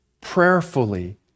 prayerfully